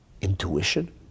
intuition